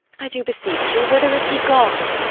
i do beseech you, whither is he gone?